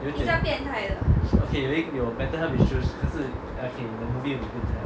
有一点 okay 有一有 mental health issues 可是 okay the movie